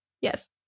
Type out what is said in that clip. yes